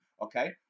okay